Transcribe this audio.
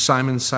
Simon